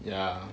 ya